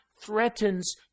threatens